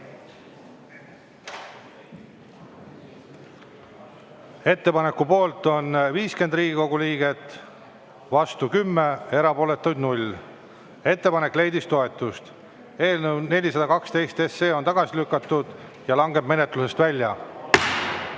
Ettepaneku poolt on 50 Riigikogu liiget, vastu 10, erapooletuid 0. Ettepanek leidis toetust. Eelnõu 412 on tagasi lükatud ja langeb menetlusest välja.